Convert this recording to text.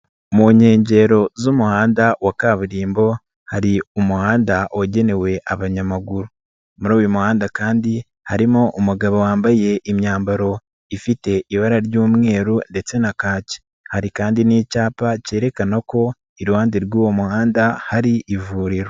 Mu nkengero z'umuhanda wa kaburimbo hari umuhanda wagenewe abanyamaguru, muri uyu muhanda kandi harimo umugabo wambaye imyambaro ifite ibara ry'umweru ndetse na kaki, hari kandi n'icyapa cyerekana ko iruhande rw'uwo muhanda hari ivuriro.